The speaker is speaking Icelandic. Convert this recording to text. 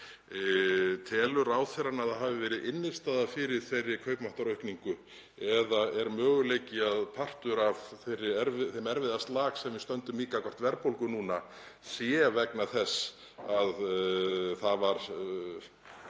Telur ráðherrann að það hafi verið innstæða fyrir þeirri kaupmáttaraukningu eða er möguleiki að partur af þeim erfiða slag sem við stöndum í gagnvart verðbólgu núna sé vegna þess að það var til